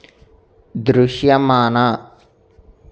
దృశ్యమాన